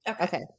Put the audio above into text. Okay